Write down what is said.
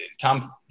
Tom